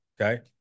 Okay